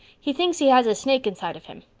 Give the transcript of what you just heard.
he thinks he has a snake inside of him.